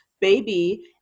baby